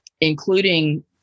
including